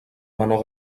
menor